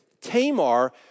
Tamar